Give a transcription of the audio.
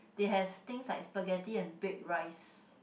they have things like spaghetti and Baked Rice